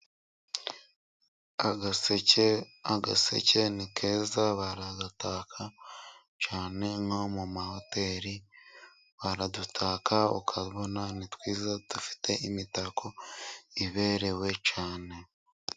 Agaseke ni keza baragataka cyane nko mu mahoteri, baradutaka ukabona nitwiza dufite imitako iberewe cyane.